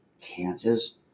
Kansas